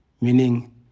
meaning